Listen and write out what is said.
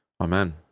Amen